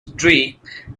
streak